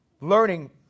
learning